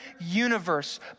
universe